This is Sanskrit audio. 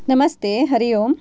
नमस्ते हरि ओं